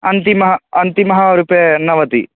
अन्तिमः अन्तिमः वर्तते नवतिः